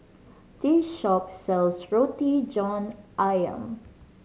this shop sells Roti John Ayam